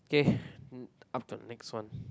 K mm up to the next one